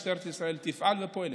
משטרת ישראל תפעל ופועלת.